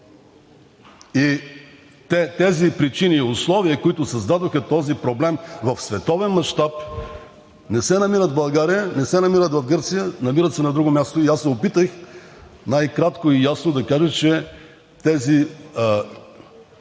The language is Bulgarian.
Тези причини и условия, които създадоха този проблем в световен мащаб, не се намират в България, не се намират в Гърция, намират се на друго място. Аз се опитах най-кратко и ясно да кажа, че тези